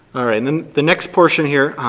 and in the next portion here,